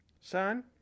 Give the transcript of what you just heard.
son